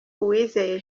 uwizeye